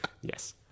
Yes